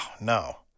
no